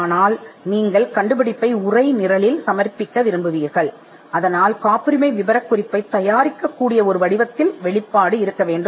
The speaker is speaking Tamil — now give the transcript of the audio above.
ஆனால் நீங்கள் கண்டுபிடிப்பை உரைநடையில் பார்க்க விரும்புவதால் காப்புரிமை விவரக்குறிப்பை நீங்கள் தயாரிக்கக்கூடிய ஒரு வடிவத்தில் வெளிப்படுத்தல் வழங்கப்பட வேண்டும்